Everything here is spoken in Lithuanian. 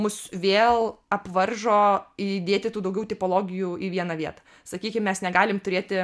mus vėl apvaržo įdėti tų daugiau tipologijų į vieną vietą sakykim mes negalim turėti